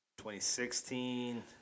2016